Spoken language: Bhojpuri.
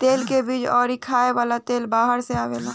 तेल के बीज अउरी खाए वाला तेल बाहर से आवेला